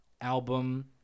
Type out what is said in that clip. album